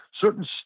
certain